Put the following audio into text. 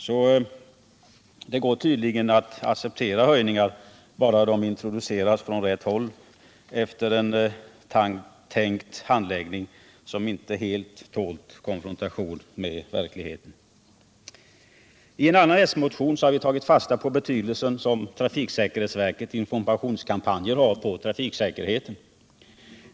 Så det går tydligen att acceptera höjningar — bara de introduceras på rätt håll efter en tänkt handläggning, som inte helt tålt konfrontationen med verkligheten. I en annan s-motion har vi tagit fasta på den betydelse trafiksäkerhetsverkets informationskampanjer har för trafiksäkerheten.